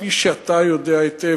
כפי שאתה יודע היטב,